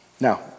Now